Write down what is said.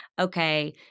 okay